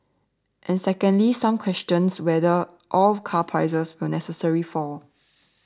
and second some question whether all car prices will necessarily fall